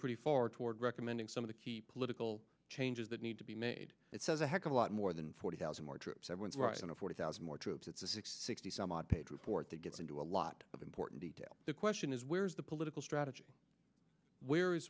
pretty far toward recommending some of the key political changes that need to be made it says a heck of a lot more than forty thousand more troops and went right on to forty thousand more troops it's a sixty sixty some odd page report that gets into a lot of important detail the question is where's the political strategy where